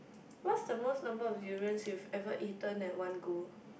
what's the most number of durians you've ever eaten at one go